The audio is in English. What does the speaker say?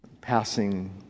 passing